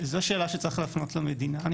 אני חושב שזו שאלה שצריך להפנות למדינה,